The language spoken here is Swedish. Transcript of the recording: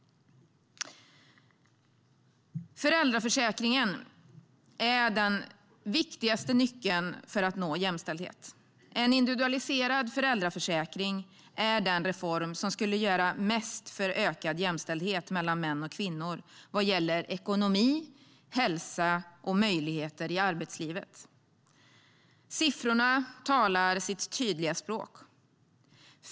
Föräldraförsäkringen är den viktigaste nyckeln för att nå jämställdhet. En individualiserad föräldraförsäkring är den reform som skulle göra mest för ökad jämställdhet mellan män och kvinnor vad gäller ekonomi, hälsa och möjligheter i arbetslivet. Siffrorna talar sitt tydliga språk.